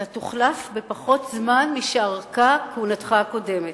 אתה תוחלף בתוך פחות זמן משארכה כהונתך הקודמת.